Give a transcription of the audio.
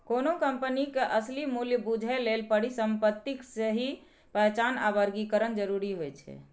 कोनो कंपनी के असली मूल्य बूझय लेल परिसंपत्तिक सही पहचान आ वर्गीकरण जरूरी होइ छै